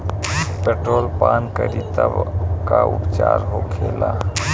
Petrol पान करी तब का उपचार होखेला?